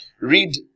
Read